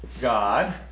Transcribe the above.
God